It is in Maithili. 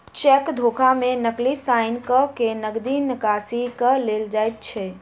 चेक धोखा मे नकली साइन क के नगदी निकासी क लेल जाइत छै